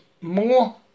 More